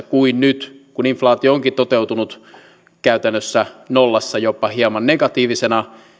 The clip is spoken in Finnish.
kuin nyt kun toteutunut inflaatio onkin käytännössä nollassa jopa hieman negatiivisena